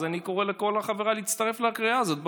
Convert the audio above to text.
אז אני קורא לכל חבריי להצטרף לקריאה הזאת.